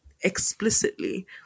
explicitly